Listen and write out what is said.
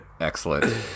Excellent